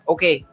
Okay